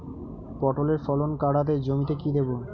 পটলের ফলন কাড়াতে জমিতে কি দেবো?